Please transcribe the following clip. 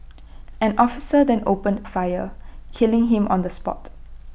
an officer then opened fire killing him on the spot